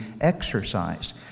exercised